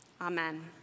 Amen